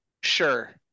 Sure